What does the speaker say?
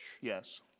Yes